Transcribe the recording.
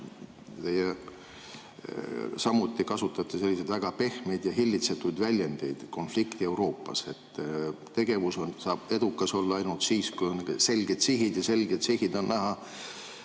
teie samuti kasutate selliseid väga pehmeid ja hillitsetud väljendeid nagu "konflikt Euroopas". Tegevus saab edukas olla ainult siis, kui on selged sihid, kui need selged sihid on näha